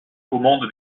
commande